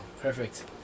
perfect